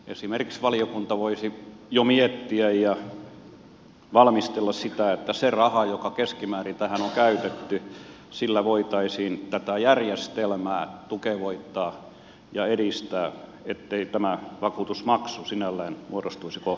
esimerkiksi valiokunta voisi jo miettiä ja valmistella sitä että sillä rahalla joka keskimäärin tähän on käytetty voitaisiin tätä järjestelmää tukevoittaa ja edistää ettei tämä vakuutusmaksu sinällään muodostuisi kohtuuttomaksi